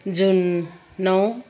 जुन नौ